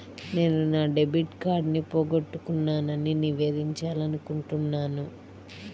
నేను నా డెబిట్ కార్డ్ని పోగొట్టుకున్నాని నివేదించాలనుకుంటున్నాను